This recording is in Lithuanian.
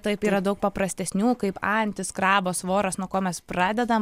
taip yra daug paprastesnių kaip antis krabas voras nuo ko mes pradedam